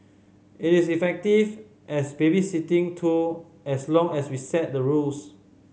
it is effective as babysitting tool as long as we set the rules